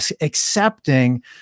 accepting